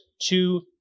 two